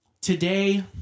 today